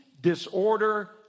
disorder